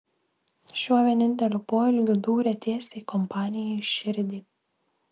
šiuo vieninteliu poelgiu dūrė tiesiai kompanijai į širdį